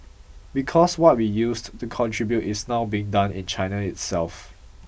because what we used to contribute is now being done in China itself